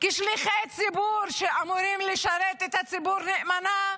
כשליחי ציבור שאמורים לשרת את הציבור נאמנה,